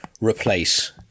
replace